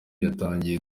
yatangiye